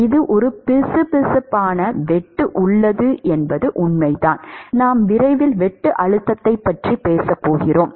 இது ஒரு பிசுபிசுப்பான வெட்டு உள்ளது என்பது உண்மைதான் நாம் விரைவில் வெட்டு அழுத்தத்தைப் பற்றி பேசப் போகிறோம்